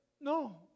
No